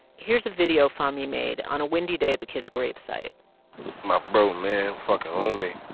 here's a video fahmee made on a windy day at the kid's grave site my bro, man fucking homie.